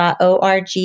org